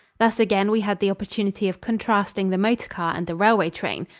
thus again we had the opportunity of contrasting the motor car and the railway train.